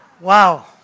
Wow